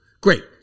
Great